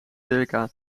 circa